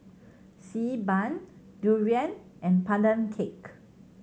Xi Ban durian and Pandan Cake